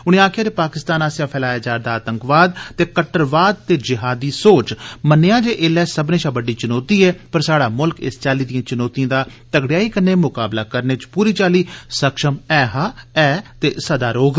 उनें आक्खेआ जे पाकिस्तान आस्सेआ फैलाया जा'रदा आतंकवाद ते कट्टरवाद ते जिहादी सोच मन्नेआ जे एल्लै सब्बने षा बड्डी चुनौती ऐ पर स्हाड़ा मुलख इस चाल्ली दिएं चुनोतिएं दा तगड़ेयाई कन्नै मकाबला करने च पूरी चाल्ली सक्षम ऐ हा ऐ ते सदा रौह्ग